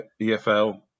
EFL